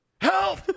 help